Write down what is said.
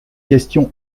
question